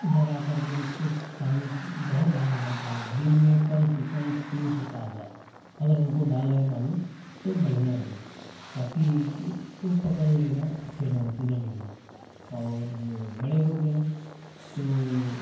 लगाकर के उनको पानी बहुत डालना पड़ता है दिन में कम से कम तीन से चार बार अगर उनको डाल रहे हैं पानी तो बढ़िया है ताकि पकड़ लेगा अच्छे ढंग से ज़मीन में और बड़े हो गए तो